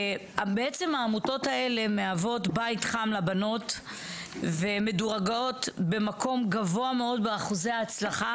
העמותות האלה מהוות בית חם לבנות ומדורגות במקום גבוה מאוד באחוזי ההצלחה